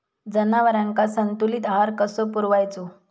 जनावरांका संतुलित आहार कसो पुरवायचो?